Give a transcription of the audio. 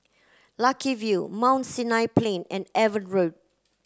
Lucky View Mount Sinai Plain and Avon Road